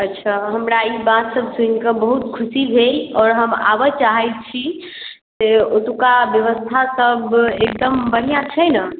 अच्छा हमरा ई बात सब सुनि कऽ बहुत खुशी भेल आओर हम आबऽ चाहै छी जे ओतुका व्यवस्था सब एकदम बढ़िऑं छै ने